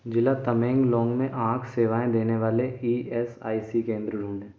जिला तमेंगलोंग में आँख सेवाएं देने वाले ई एस आई सी केंद्र ढूँढें